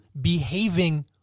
behaving